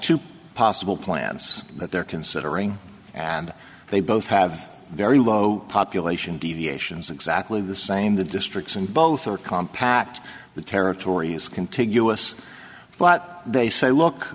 two possible plans that they're considering and they both have very low population deviations exactly the same the districts in both are compact the territory is contiguous but they say look